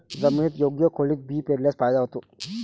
जमिनीत योग्य खोलीत बी पेरल्यास फायदा होतो